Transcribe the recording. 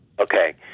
Okay